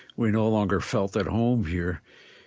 we no longer felt at home here.